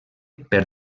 per